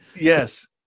Yes